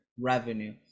revenue